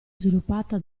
sviluppata